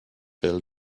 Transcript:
bill